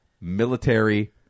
military